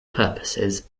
purposes